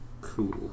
Cool